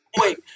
Wait